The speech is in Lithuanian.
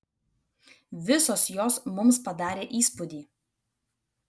visos jos mums padarė įspūdį